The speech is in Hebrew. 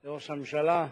אז זה מבחנם של הממשלה,